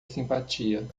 simpatia